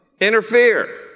Interfere